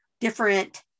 different